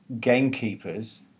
gamekeepers